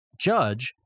judge